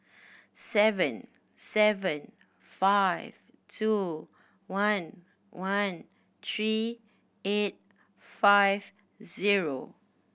seven seven five two one one three eight five zero